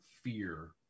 fear